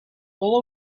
full